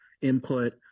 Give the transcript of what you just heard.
input